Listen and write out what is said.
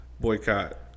Boycott